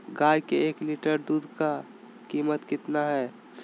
गाय के एक लीटर दूध का कीमत कितना है?